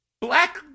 Black